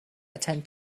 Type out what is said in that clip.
attend